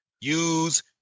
use